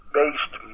based